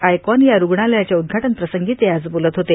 icon या रुग्णालयाच्या उद्घाटनप्रसंगी ते आज बोलत होते